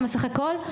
כמה סך הכול?